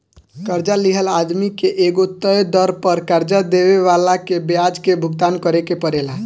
कर्जा लिहल आदमी के एगो तय दर पर कर्जा देवे वाला के ब्याज के भुगतान करेके परेला